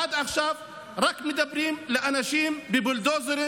עד עכשיו מדברים אל אנשים רק בבולדוזרים.